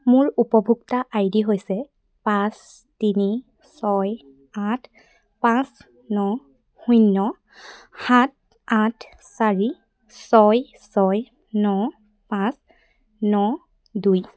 মোৰ উপভোক্তা I D হৈছে পাঁচ তিনি ছয় আঠ পাঁচ ন শূন্য সাত আঠ চাৰি ছয় ছয় ন পাঁচ ন দুই